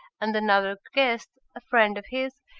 and another guest, a friend of his,